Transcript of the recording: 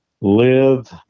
live